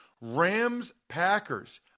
Rams-Packers